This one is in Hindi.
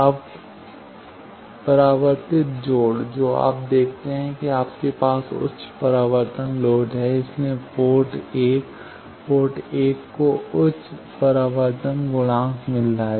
अब परावर्तित जोड़ जो आप देखते हैं कि आपके पास उच्च परावर्तन लोड है इसलिए पोर्ट 1 पोर्ट 1 को उच्च परावर्तन गुणांक मिल रहा है